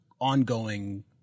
ongoing